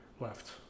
left